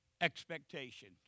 Expectation